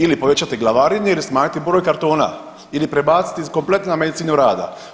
Ili povećati glavarine ili smanjiti broj kartona ili prebaciti iz kompletno na medicinu rada.